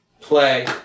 play